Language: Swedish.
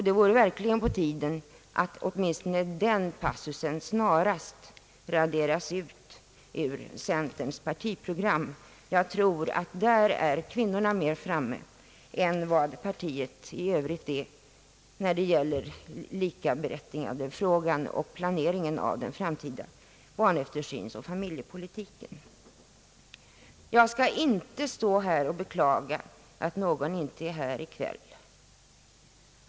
Det vore verkligen på tiden att åtminstone denna passus snarast raderas ut ur centerns partiprogram. Jag tror att kvinnorna är mera framme än partiet i övrigt när det gäller likaberättigandefrågor och planeringen av den framtida barntillsynen och familjepolitiken. Jag skall inte stå här och beklaga, att någon inte är närvarande här i kväll.